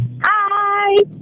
Hi